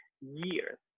years